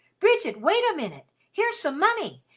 bridget, wait a minute! here's some money.